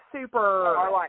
super